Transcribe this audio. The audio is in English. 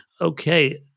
Okay